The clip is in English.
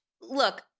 look